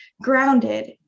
grounded